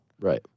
Right